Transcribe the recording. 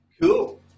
Cool